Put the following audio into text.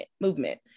Movement